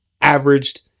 averaged